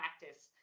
practice